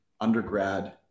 undergrad